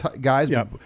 guys